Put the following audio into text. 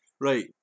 right